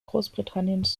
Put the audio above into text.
großbritanniens